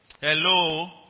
Hello